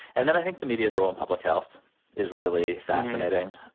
and then i think the media's role in public health is really fascinating.